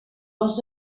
dos